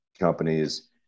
Companies